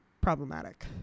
problematic